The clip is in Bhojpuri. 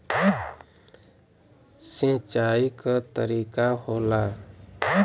सिंचाई क तरीका होला